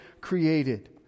created